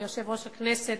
ליושב-ראש הכנסת,